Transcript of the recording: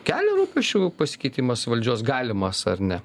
kelia rūpesčių pasikeitimas valdžios galimas ar ne